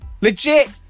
Legit